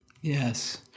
Yes